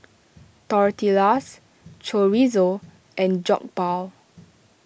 Tortillas Chorizo and Jokbal